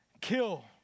kill